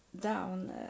down